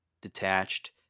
detached